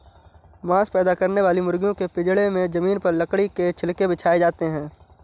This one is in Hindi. मांस पैदा करने वाली मुर्गियों के पिजड़े में जमीन पर लकड़ी के छिलके बिछाए जाते है